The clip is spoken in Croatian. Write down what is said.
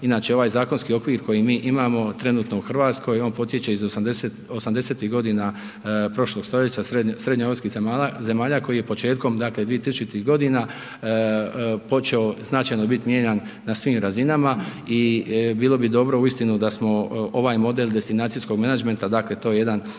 Inače ovaj zakonski okvir koji mi imamo trenutno u Hrvatskoj on potječe iz '80. godina prošlog stoljeća srednjoeuropskih zemalja koji je početkom dakle 2000.-tih godina počeo značajno bit mijenjan na svim razinama i bilo bi dobro uistinu da smo ovaj model destinacijskog menadžmenta dakle to je jedan